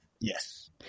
Yes